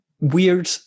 weird